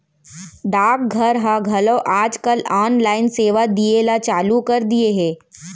डाक घर ह घलौ आज काल ऑनलाइन सेवा दिये ल चालू कर दिये हे